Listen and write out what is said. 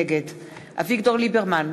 נגד אביגדור ליברמן,